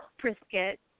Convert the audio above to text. brisket